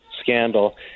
scandal